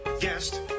guest